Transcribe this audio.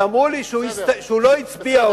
שאמרו לי שהוא לא הצביע,